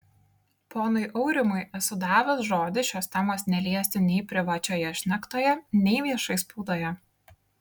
ponui aurimui esu davęs žodį šios temos neliesti nei privačioje šnektoje nei viešai spaudoje